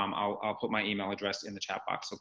um i'll ah put my email address in the chat box, so